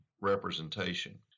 representation